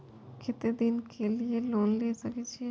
केते दिन के लिए लोन ले सके छिए?